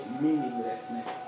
meaninglessness